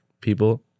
people